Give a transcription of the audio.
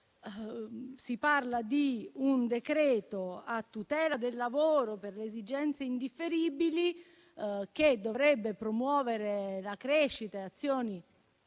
si parla di un decreto-legge a tutela del lavoro per le esigenze indifferibili, che dovrebbe promuovere la crescita e azioni